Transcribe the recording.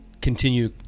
continue